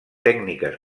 tècniques